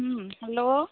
ହୁଁ ହେଲୋ